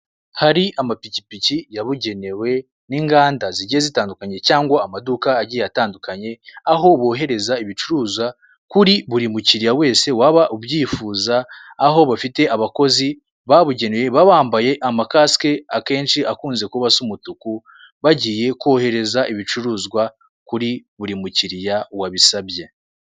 Hari amapikipiki yabugenewe, n'inganda zigiye zitandukanye cyangwa amaduka agiye atandukanye, aho bohereza ibicuruza kuri buri mukiriya wese waba ubyifuza, aho bafite abakozi babugenewe, baba bambaye amakasike akenshi akunze kuba asa umutuku, bagiye kohereza ibicuruzwa kuri buri mukiriya wabisabye.